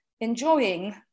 enjoying